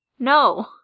No